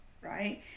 right